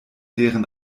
deren